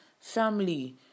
family